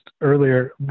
earlier